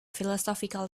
philosophical